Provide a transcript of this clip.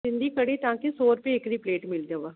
सिंधी कढ़ी तव्हांखे सौ रुपए हिकिड़ी प्लेट मिलंदव